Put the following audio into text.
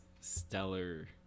stellar